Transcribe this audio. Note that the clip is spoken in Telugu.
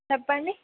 చెప్పండి